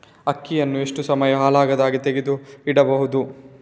ಅಕ್ಕಿಯನ್ನು ಎಷ್ಟು ಸಮಯ ಹಾಳಾಗದಹಾಗೆ ತೆಗೆದು ಇಡಬಹುದು?